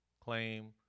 claim